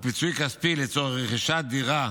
או פיצוי כספי לצורך רכישת דירה